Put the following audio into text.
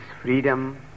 freedom